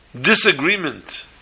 disagreement